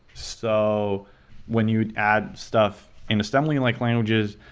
so when you would add stuff in assembly-like languages,